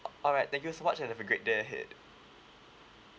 alright thank you so much and have a great day ahead